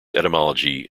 etymology